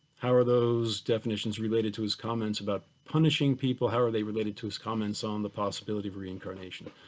how are those definitions related to his comments about punishing people? how are they related to his comments on the possibility of reincarnation?